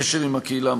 קשר עם הקהילה,